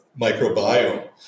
microbiome